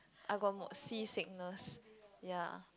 I got mo~ seasickness ya